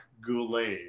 Goulet